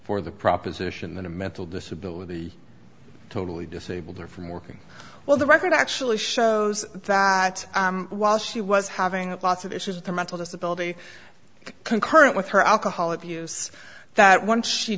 for the proposition that a mental disability totally disabled or from working well the record actually shows that while she was having lots of issues the mental disability concurrent with her alcohol abuse that once she